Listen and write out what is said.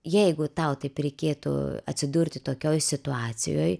jeigu tau taip reikėtų atsidurti tokioj situacijoj